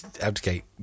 abdicate